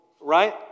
right